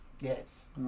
yes